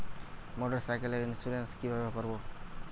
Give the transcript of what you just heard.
মোটরসাইকেলের ইন্সুরেন্স কিভাবে করব?